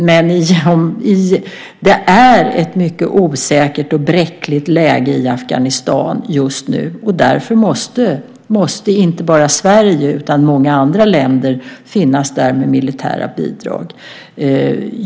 Men det är ett mycket osäkert och bräckligt läge i Afghanistan just nu, och därför måste inte bara Sverige utan även många andra länder finnas där med militära bidrag.